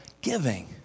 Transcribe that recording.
giving